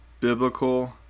biblical